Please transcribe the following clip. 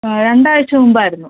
ആ രണ്ട് ആഴ്ച മുമ്പ് ആയിരുന്നു